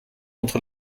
entre